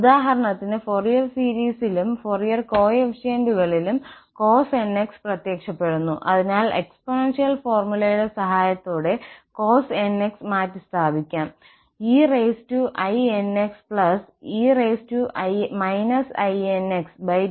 ഉദാഹരണത്തിന് ഫൊറിയർ സീരീസിലും ഫൊറിയർ കോഫിഫിഷ്യന്റുകളിലും cos nx പ്രത്യക്ഷപ്പെടുന്നു അതിനാൽ എക്സ്പോണൻഷ്യൽ ഫോർമുലയുടെ സഹായത്തോടെ cos nx മാറ്റിസ്ഥാപിക്കാം einxe inx2